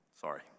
sorry